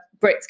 Brits